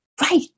right